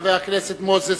חבר הכנסת מוזס,